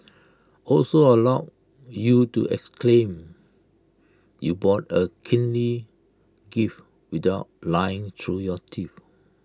also allows you to exclaim you bought A kingly gift without lying through your teeth